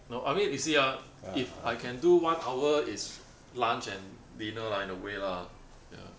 no I mean you see ah if I can do one hour is lunch and dinner lah in a way lah ya